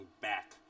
back